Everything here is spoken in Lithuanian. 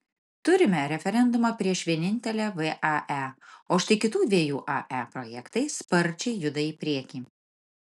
turime referendumą prieš vienintelę vae o štai kitų dviejų ae projektai sparčiai juda į priekį